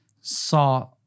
saw